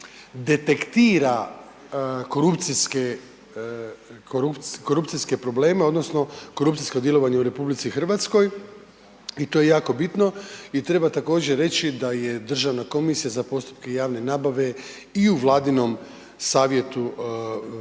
detektira korupcijske probleme, odnosno korupcijsko djelovanje u RH i to je jako bitno. I treba također reći da je Državna komisija za postupke javne nabave i u Vladinom savjetu vezano